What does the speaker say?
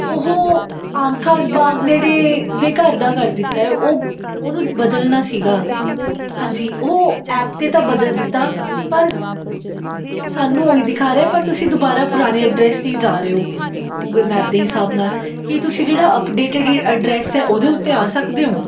ਉਹ ਆਮ ਖਾਸ ਬਾਗ ਨੇੜੇ ਦੇ ਘਰ ਦਾ ਕਰ ਦਿੱਤਾ ਹੈ ਉਹ ਉਹਨੂੰ ਬਦਲਣਾ ਸੀਗਾ ਹਾਂਜੀ ਉਹ ਐਪ 'ਤੇ ਤਾਂ ਬਦਲ ਦਿੱਤਾ ਪਰ ਸਾਨੂੰ ਉਹੀ ਦਿਖਾ ਰਿਹਾ ਪਰ ਤੁਸੀਂ ਦੁਬਾਰਾ ਪੁਰਾਣੇ ਐਡਰੈੱਸ 'ਤੇ ਹੀ ਜਾ ਰਹੇ ਹੋ ਗੂਗਲ ਮੈਪ ਦੇ ਹਿਸਾਬ ਨਾਲ ਕੀ ਤੁਸੀਂ ਜਿਹੜਾ ਅਪਡੇਟਿਡ ਐਡਰੈੱਸ ਹੈ ਉਹਦੇ ਉੱਤੇ ਆ ਸਕਦੇ ਹੋ